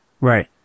Right